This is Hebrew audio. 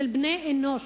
של בני-אנוש.